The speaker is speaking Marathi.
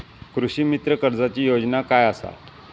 कृषीमित्र कर्जाची योजना काय असा?